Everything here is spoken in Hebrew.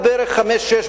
עד בערך 17:00,